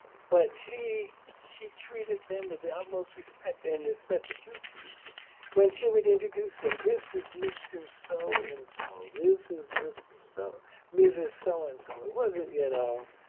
but she she treated them with the utmost respect. in this method, utu, when she would introduce them, this is mr. so and so. this is miss. so mrs. so-and-so, so and so it wasn't, you know,